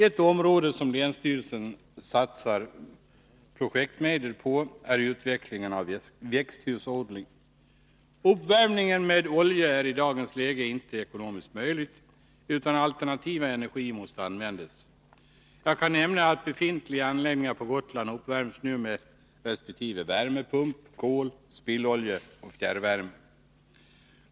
Ett område som länsstyrelsen satsat projektmedel på är utvecklingen av växthusodling. Uppvärmning med olja är i dagens läge inte ekonomiskt möjlig, utan alternativ energi måste användas. Jag kan nämna att befintliga anläggningar på Gotland nu uppvärms med resp. värmepump, kol, spillolja och fjärrvärme.